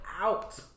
out